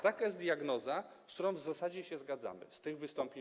Taka jest diagnoza, z którą w zasadzie się zgadzamy, tak wynika z tych wystąpień.